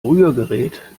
rührgerät